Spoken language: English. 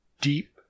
deep